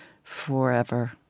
Forever